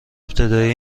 ابتدایی